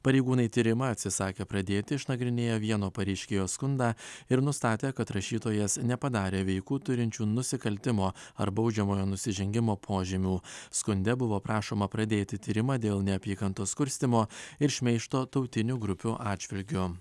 pareigūnai tyrimą atsisakę pradėti išnagrinėję vieno pareiškėjo skundą ir nustatė kad rašytojas nepadarė veikų turinčių nusikaltimo ar baudžiamojo nusižengimo požymių skunde buvo prašoma pradėti tyrimą dėl neapykantos kurstymo ir šmeižto tautinių grupių atžvilgiu